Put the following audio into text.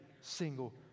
single